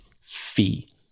fee